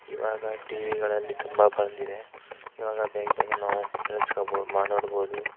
ಇವಾಗ ಟಿವಿಗಳಲ್ಲಿ ತುಂಬ ಬಂದಿದೆ ಇವಾಗ ಬೇಗ ಬೇಗ ನಾವು ಕೇಳಿಸ್ಕೊಳ್ಬೋದು ಮಾ ನೋಡ್ಬೋದು